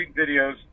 videos